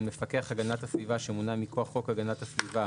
על מפקח הגנת הסביבה שמונה מכוח חוק הגנת הסביבה,